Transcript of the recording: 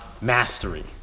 mastery